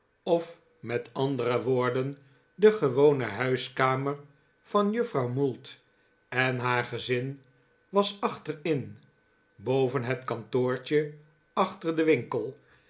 of met andere woorden de gewone huiskamer van juffrouw mould eh haar gezin was achterin boven het kantoortje achter den winkel